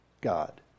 God